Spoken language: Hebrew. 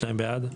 הצבעה בעד,